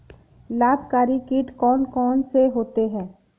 लाभकारी कीट कौन कौन से होते हैं?